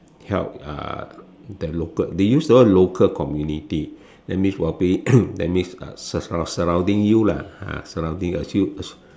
help uh the local they use the word local community that means probably that means uh surrounding you lah ah surrounding